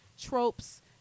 tropes